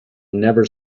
never